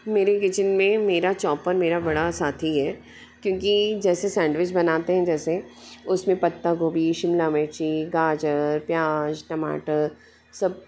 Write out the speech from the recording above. मेरे किचन में मेरा चोंपड़ मेरा बड़ा साथी है क्योंकि जैसे सैंडविच बनाते हैं जैसे उसमें पत्ता गोभी शिमला मिर्ची गाजर प्याज टमाटर सब